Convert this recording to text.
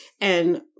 And-